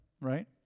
right